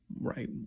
right